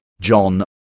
John